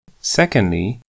Secondly